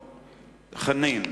חנין.